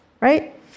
right